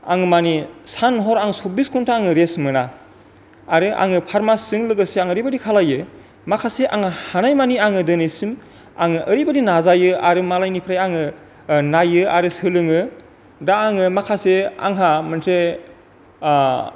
आं माने सान हर आं सब्बिस घन्टा आङो रेस्ट मोना आरो आं फारमासिजों लोगोसे आं ओरैबादि खालामो माखासे आङो हानाय मानि दिनैसिम आङो ओरैबादि नाजायो आरो मालायनिफ्राय आङो नायो आरो सोलोङो दा आङो माखासे आंहा मोनसे